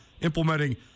implementing